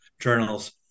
journals